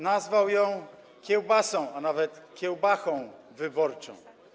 Nazwał ją kiełbasą, a nawet kiełbachą, wyborczą.